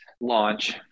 launch